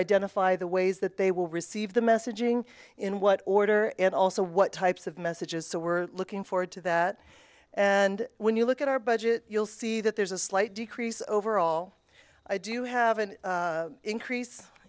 identify the ways that they will receive the messaging in what order and also what types of messages so we're looking forward to that and when you look at our budget you'll see that there's a slight decrease overall i do have an increase